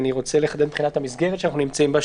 אני רוצה לחדד מבחינת המסגרת שאנחנו נמצאים בה,